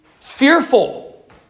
fearful